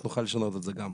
אנחנו נוכל לשנות את זה גם.